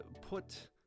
put